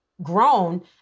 Grown